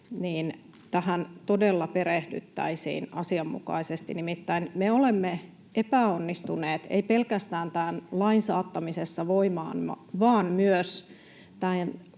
tähän todella perehdyttäisiin asianmukaisesti. Nimittäin me emme ole epäonnistuneet pelkästään tämän lain saattamisessa voimaan vaan myös